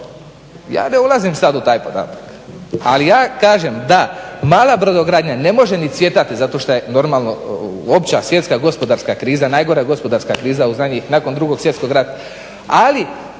Ja ne ulazim sada u tako, ali ja kažem da mala brodogradnja ne može ni cvjetati zato šta je normalno opća, svjetska gospodarska kriza najgora gospodarska kriza u zadnjih, nakon 2. svjetskog rata,